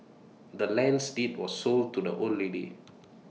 the land's deed was sold to the old lady